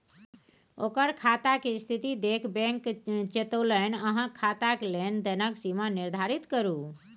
ओकर खाताक स्थिती देखि बैंक चेतोलनि अहाँ खाताक लेन देनक सीमा निर्धारित करू